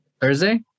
Thursday